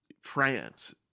France